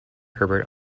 herbert